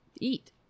eat